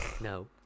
No